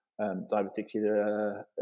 diverticular